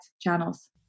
channels